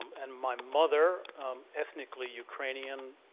and, my mother ethnically ukrainian,